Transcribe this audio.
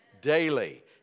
Daily